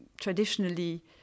traditionally